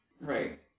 Right